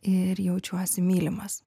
ir jaučiuosi mylimas